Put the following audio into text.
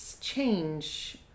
change